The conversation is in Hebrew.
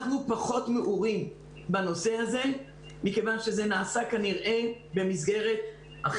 אנחנו פחות מעורים בנושא הזה מכיוון שזה נעשה כנראה במסגרת אחרת.